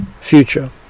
future